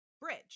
bridge